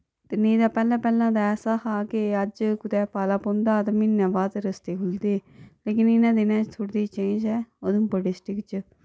ते नि तां पैह्लैं पैह्लैं तां ऐसा हा के अज्ज कुतै पाला पौंदा हा ते म्हीने बाद रस्ते खु'लदे हे लेकिन इ'नें दिनें च थोह्ड़ी देही चेंज ऐ उधमपुर डिस्ट्रिक्ट च